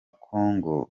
kongo